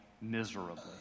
miserably